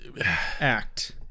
act